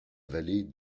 vallée